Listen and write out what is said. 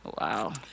Wow